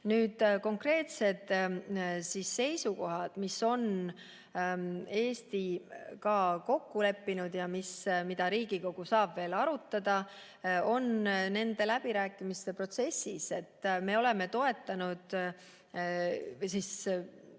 Nüüd, konkreetsed seisukohad, mis Eesti on kokku leppinud ja mida Riigikogu saab veel arutada, on nende läbirääkimiste protsessis. Ma ei hakka nendesse